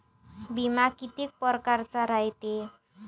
बिमा कितीक परकारचा रायते?